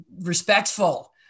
respectful